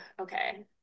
okay